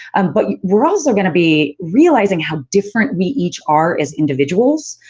but, we're also going to be realizing how different we each are as individuals,